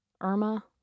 Irma